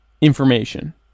information